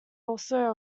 also